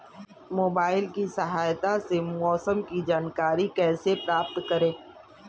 Mobile की सहायता से मौसम की जानकारी कैसे प्राप्त करें?